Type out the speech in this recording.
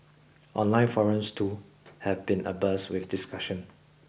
online forums too have been abuzz with discussion